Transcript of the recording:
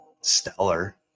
stellar